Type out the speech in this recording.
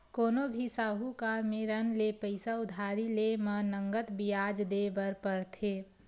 कोनो भी साहूकार मेरन ले पइसा उधारी लेय म नँगत बियाज देय बर परथे